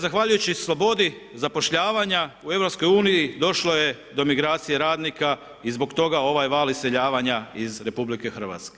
Zahvaljujući slobodi zapošljavanja u EU došlo je do migracije radnika i zbog toga ova val iseljavanja iz RH.